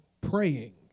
praying